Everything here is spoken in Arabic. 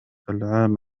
العام